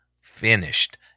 finished